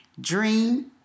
Dream